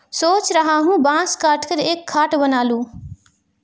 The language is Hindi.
सोच रहा हूं बांस काटकर एक खाट बना लूं